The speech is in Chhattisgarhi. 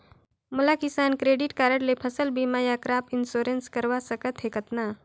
मोला किसान क्रेडिट कारड ले फसल बीमा या क्रॉप इंश्योरेंस करवा सकथ हे कतना?